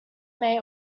may